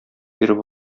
биреп